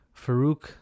Farouk